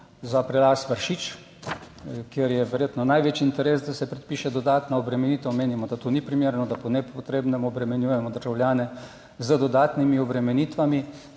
za prelaz Vršič, kjer je verjetno največji interes, da se predpiše dodatna obremenitev. Menimo, da to ni primerno, da po nepotrebnem obremenjujemo državljane z dodatnimi obremenitvami,